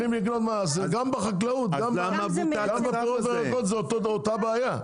--- גם בפירות והירקות זו אותה בעיה.